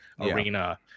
Arena